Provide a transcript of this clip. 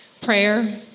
Prayer